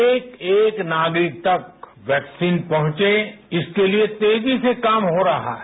एक एक नागरिक तक वैक्सीन पहुंचे इसके लिए तेजी से काम हो रहा है